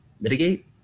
mitigate